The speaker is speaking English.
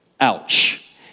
Ouch